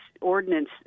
ordinance